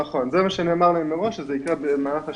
נכון, זה מה שנאמר להם מראש שזה יקרה במהלך השנה.